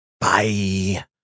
Bye